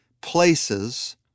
places